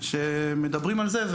כי הם לא רואים את זה כתופעה.